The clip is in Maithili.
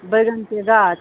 बैगनके गाछ